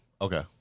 Okay